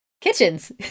kitchens